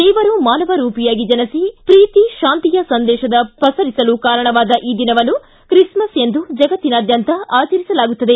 ದೇವರು ಮಾನವರೂಪಿಯಾಗಿ ಜನಿಸಿ ಪ್ರೀತಿ ಶಾಂತಿಯ ಸಂದೇಶದ ಪಸರಿಸಲು ಕಾರಣವಾದ ಈ ದಿನವನ್ನು ತ್ರಿಸ್ಮಸ್ ಎಂದು ಜಗತ್ತಿನಾದ್ಯಂತ ಆಚರಿಸಲಾಗುತ್ತದೆ